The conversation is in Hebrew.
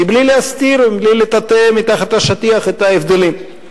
מבלי להסתיר ומבלי לטאטא מתחת לשטיח את ההבדלים.